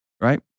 right